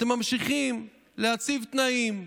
אתם ממשיכים להציב תנאים,